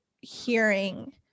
hearing